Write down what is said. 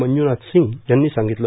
मंजुनाथ सिंग यांनी सांगितलं